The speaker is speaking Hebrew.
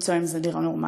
למצוא עם זה דירה נורמלית.